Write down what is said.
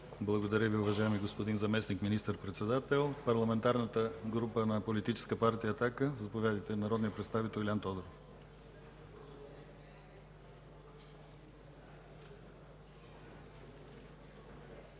Благодаря Ви, уважаеми господин Заместник министър-председател. Парламентарната група на Политическа партия „Атака” – народният представител Илиан Тодоров,